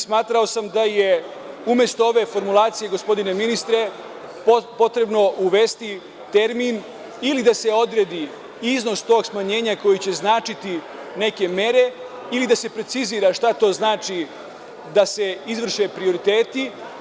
Smatrao sam da je umesto ove formulacije gospodine ministre, potrebno uvesti termin ili da se odredi iznos tog smanjenja koji će značiti neke mere, ili da se precizira šta to znači da se izvrše prioriteti.